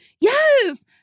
Yes